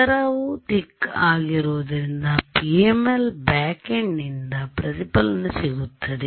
ಪದರ ತಿಕ್ ಆಗಿರುವುದರಿಂದ PML ಬ್ಯಾಕೆಂಡ್ನಿಂದ ಪ್ರತಿಫಲನ ಸಿಗುತ್ತದೆ